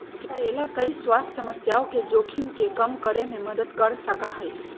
करेला कई स्वास्थ्य समस्याओं के जोखिम के कम करे में मदद कर सका हई